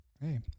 hey